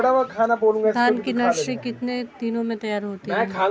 धान की नर्सरी कितने दिनों में तैयार होती है?